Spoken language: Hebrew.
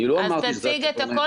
אני לא אמרתי שזה --- אז תציג את הכול